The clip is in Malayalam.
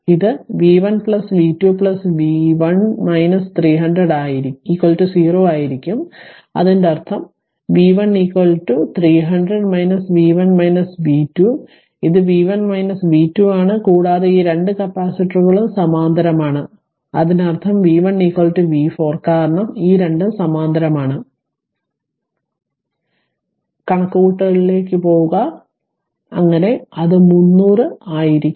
ഇത് v1 v2 v1 300 0 ആയിരിക്കും അതിനർത്ഥം എന്റെ v1 നിങ്ങളുടെ 300 v1 v2 ഇത് v1 v2 ആണ് കൂടാതെ ഈ 2 കപ്പാസിറ്ററുകളും സമാന്തരമാണ് അതിനർത്ഥം v1 v 4 കാരണം ഈ 2 ഉം സമാന്തരമാണ് അതിനാൽ ആ കണക്കുകൂട്ടലിലേക്ക് പോകുക അങ്ങനെ അത് 300 ആയിരിക്കും